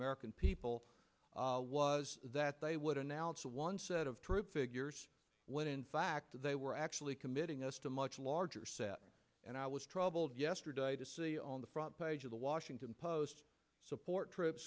american people was that they would announce a one set of troop figures when in fact they were actually committing us to much larger set and i was troubled yesterday to see on the front page of the washington post support tr